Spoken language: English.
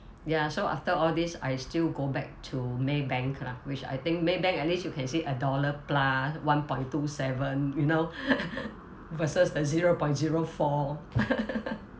ya so after all this I still go back to maybank lah which I think maybank at least you can see a dollar plus one point two seven you know versus a zero point zero four